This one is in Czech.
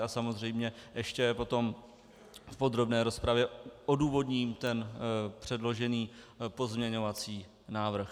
A samozřejmě ještě potom v podrobné rozpravě odůvodním ten předložený pozměňovací návrh.